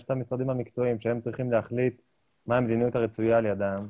יש את המשרדים מקצועיים שהם צריכים להחליט מה המדיניות הרצויה להם.